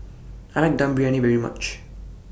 I Dum Briyani very much